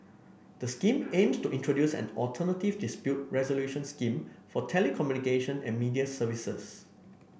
the scheme aims to introduce an alternative dispute resolution scheme for telecommunication and media services